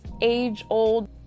age-old